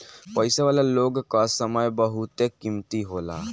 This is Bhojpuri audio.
पईसा वाला लोग कअ समय बहुते कीमती होला